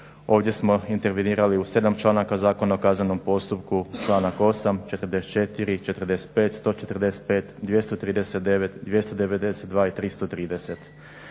Ovdje smo intervenirali u 7 članaka zakona o kaznenom postupku, članak 8.,44.,45.,145.,239., 292. i 330.